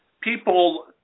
people